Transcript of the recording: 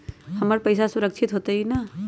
हमर पईसा सुरक्षित होतई न?